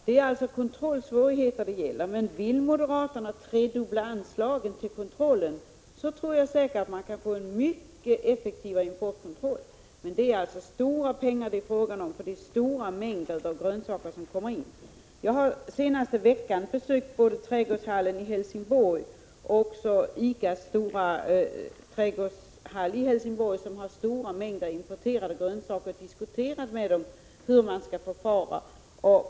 Det är alltså kontrollsvårigheterna det gäller, men vill moderaterna tredubbla anslagen tror jag säkert man kan få en mycket effektivare importkontroll. Det är dock fråga om stora pengar, för det rör sig om betydande mängder grönsaker som kommer in. Den senaste veckan har jag besökt både Trädgårdshallen i Helsingborg och ICA:s stora trädgårdshall i Helsingborg, som har stora mängder importerade grönsaker, och diskuterat hur man skall förfara.